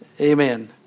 Amen